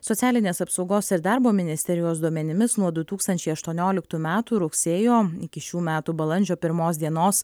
socialinės apsaugos ir darbo ministerijos duomenimis nuo du tūkstančiai aštuonioliktų metų rugsėjo iki šių metų balandžio pirmos dienos